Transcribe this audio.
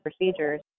procedures